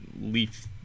leaf